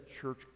church